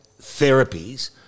therapies